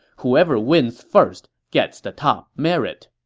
whoever wins first gets the top merit.